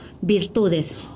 virtudes